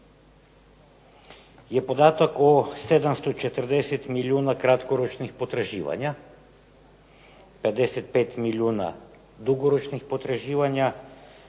je podatak o 740 milijuna kratkoročnih potraživanja, 55 milijuna dugoročnih potraživanja